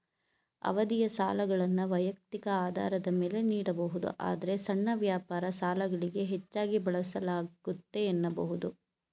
ಅವಧಿಯ ಸಾಲಗಳನ್ನ ವೈಯಕ್ತಿಕ ಆಧಾರದ ಮೇಲೆ ನೀಡಬಹುದು ಆದ್ರೆ ಸಣ್ಣ ವ್ಯಾಪಾರ ಸಾಲಗಳಿಗೆ ಹೆಚ್ಚಾಗಿ ಬಳಸಲಾಗುತ್ತೆ ಎನ್ನಬಹುದು